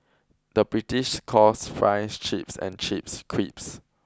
the British calls fries chips and chips crisps